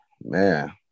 Man